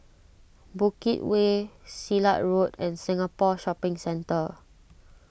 Bukit Way Silat Road and Singapore Shopping Centre